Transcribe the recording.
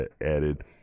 added